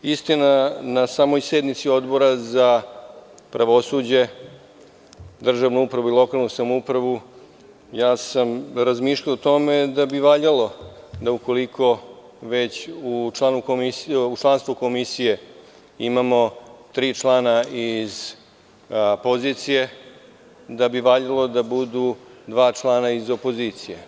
Istina, na samoj sednici Odbra za pravosuđe, državnu upravu i lokalnu samoupravu, ja sam razmišljao o tome da bi valjalo da ukoliko već u članstvu komisije imamo tri člana iz pozicije, da bi valjalo da budu dva člana iz opozicije.